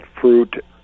fruit